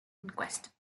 inquest